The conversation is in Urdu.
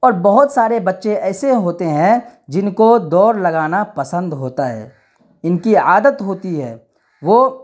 اور بہت سارے بچے ایسے ہوتے ہیں جن کو دوڑ لگانا پسند ہوتا ہے ان کی عادت ہوتی ہے وہ